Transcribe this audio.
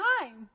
time